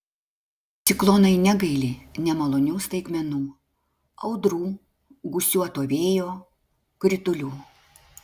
ciklonai negaili nemalonių staigmenų audrų gūsiuoto vėjo kritulių